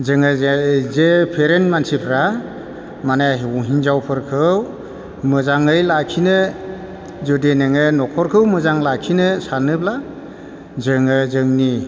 जोङो जे पेरेन्ट मानसिफोरा माने हिनजावफोरखौ मोजाङै लाखिनो जुदि नोङो न'खरखौ मोजां लाखिनो सानोब्ला जोङो जोंनि